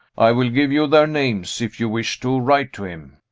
i will give you their names, if you wish to write to him.